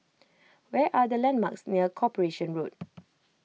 where are the landmarks near Corporation Road